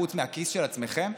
חוץ מהכיס של עצמכם,